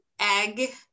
egg